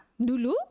dulu